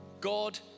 God